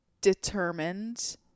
determined